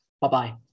bye-bye